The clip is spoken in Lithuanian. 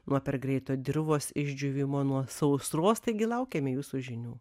nuo per greito dirvos išdžiūvimo nuo sausros taigi laukiame jūsų žinių